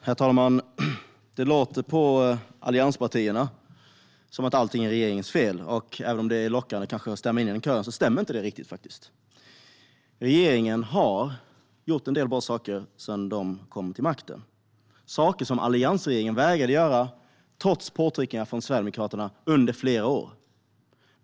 Herr talman! Det låter på allianspartierna som om allt är regeringens fel, och även om det kanske är lockande att stämma in i den kören stämmer det faktiskt inte riktigt. Regeringen har gjort en del bra saker sedan den kom till makten - saker som alliansregeringen vägrade att göra trots påtryckningar från Sverigedemokraterna under flera år.